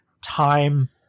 time